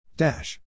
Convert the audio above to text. Dash